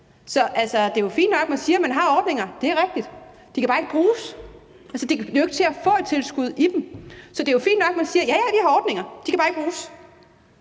på. Det er jo fint nok, at man siger, at man har ordninger. Det er rigtigt; de kan bare ikke bruges. Det er jo ikke til at få et tilskud fra dem. Så det er jo fint nok, man siger: Ja, ja, vi har ordninger. De kan bare ikke bruges.